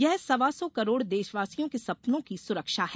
ये सवा सौ करोड़ देशवासियों के सपनों की सुरक्षा है